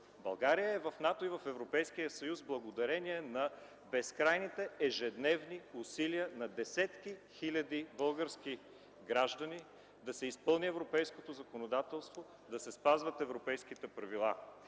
България е в НАТО и в Европейския съюз благодарение на безкрайните ежедневни усилия на десетки хиляди български граждани да се изпълни европейското законодателство, да се спазват европейските правила.